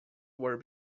were